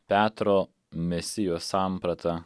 petro mesijo samprata